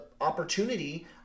opportunity